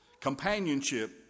Companionship